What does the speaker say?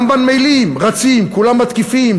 גם בנמלים, רצים, כולם מתקיפים.